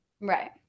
Right